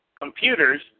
computers